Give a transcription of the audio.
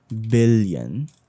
billion